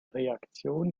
reaktion